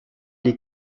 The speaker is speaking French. les